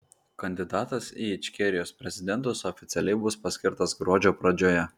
kandidatas į ičkerijos prezidentus oficialiai bus paskirtas gruodžio pradžioje